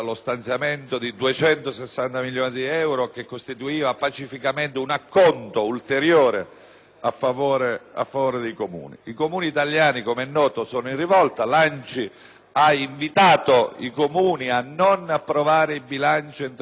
I Comuni italiani, com’e noto, sono in rivolta, l’ANCI ha invitato i Comuni a non approvare i bilanci entro il termine di legge fissato al 31 dicembre, fino a quando il Governo, appunto,